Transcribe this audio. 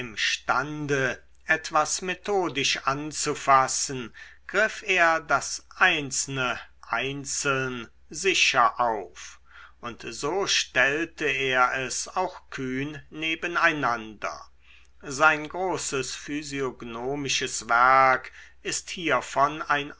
imstande etwas methodisch anzufassen griff er das einzelne einzeln sicher auf und so stellte er es auch kühn nebeneinander sein großes physiognomisches werk ist hiervon ein